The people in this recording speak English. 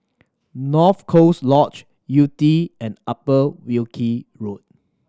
North Coast Lodge Yew Tee and Upper Wilkie Road